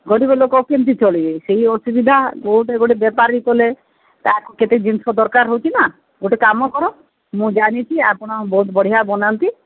ଗରିବଲୋକ କେମିତି ଚଳିବେ ସେଇ ଅସୁବିଧା କୋଉଠି ଗୋଟେ ବେପାରୀ କଲେ ତାକୁ କେତେ ଜିନିଷ ଦରକାର ହେଉଛି ନା ଗୋଟେ କାମ କର ମୁଁ ଜାଣିଛି ଆପଣ ବହୁତ ବଢ଼ିଆ ବନାନ୍ତି